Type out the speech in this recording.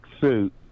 suit